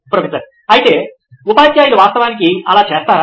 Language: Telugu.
ప్రొఫెసర్ అయితే ఉపాధ్యాయులు వాస్తవానికి అలా చేస్తారా